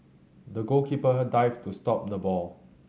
the goalkeeper dived to stop the ball